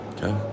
Okay